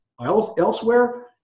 elsewhere